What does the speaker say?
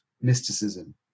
mysticism